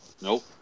Nope